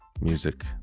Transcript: Music